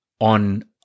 on